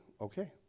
okay